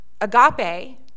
Agape